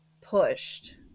pushed